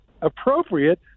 appropriate